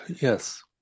Yes